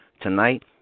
Tonight